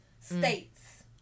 states